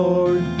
Lord